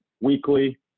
weekly